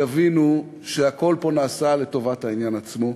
יבינו שהכול פה נעשה לטובת העניין עצמו.